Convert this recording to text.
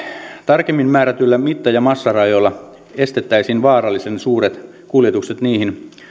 tarkemmin määrätyillä mitta ja massarajoilla estettäisiin vaarallisen suuret kuljetukset niihin